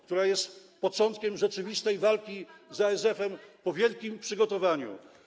która jest początkiem rzeczywistej walki z ASF-em po wielkim przygotowaniu.